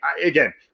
again